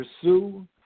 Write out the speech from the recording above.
pursue